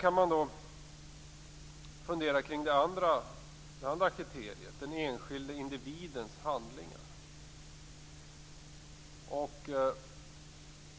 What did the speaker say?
Man kan också fundera över det andra kriteriet: den enskilde individens handlingar.